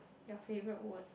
your favourite word